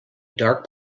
dark